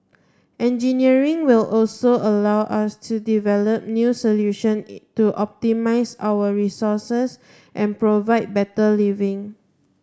engineering will also allow us to develop new solution in to optimise our resources and provide better living